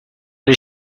les